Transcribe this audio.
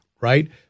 right